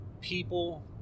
people